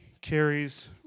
carries